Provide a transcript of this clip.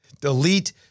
delete